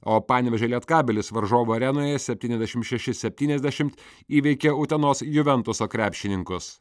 o panevėžio lietkabelis varžovų arenoje septyniasdešim šeši septyniasdešimt įveikė utenos juventuso krepšininkus